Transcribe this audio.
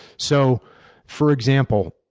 so for example,